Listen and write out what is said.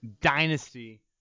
dynasty